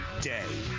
day